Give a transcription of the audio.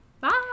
Bye